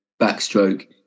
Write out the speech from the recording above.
backstroke